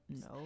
No